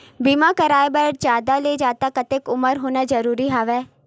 बीमा कराय बर जादा ले जादा कतेक उमर होना जरूरी हवय?